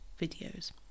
videos